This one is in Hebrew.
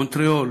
מונטריאול,